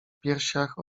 piersiach